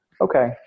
okay